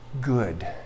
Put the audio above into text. good